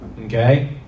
Okay